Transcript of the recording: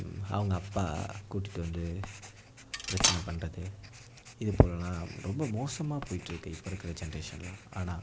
அவங்க அப்பா கூட்டிகிட்டு வந்து பிரச்சனை பண்றது இது போலலாம் ரொம்ப மோசமாக போயிட்டு இருக்குது இப்போ இருக்கிற ஜெனரேஷன்லாம் ஆனால்